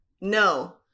No